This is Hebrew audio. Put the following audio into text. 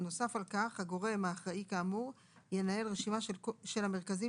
נוסף על כך הגורם האחראי כאמור ינהל רשימה של המרכזים